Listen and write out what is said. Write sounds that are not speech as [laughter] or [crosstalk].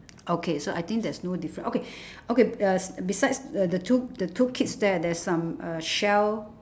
okay so I think there's no difference okay [breath] okay uh besides uh the two the two kids there there's some uh shell